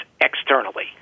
externally